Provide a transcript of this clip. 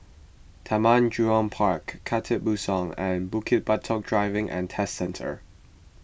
Taman Jurong Park Khatib Bongsu and Bukit Batok Driving and Test Centre